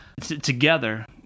together